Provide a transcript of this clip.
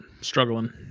struggling